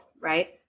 right